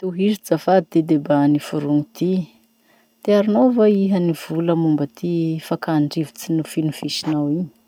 Tozo zafady ty debat noforony ty: tiarinao va iha nivola momba ty fakandrifotsy nofinofinofisinao iny?